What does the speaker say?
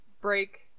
break